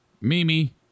Mimi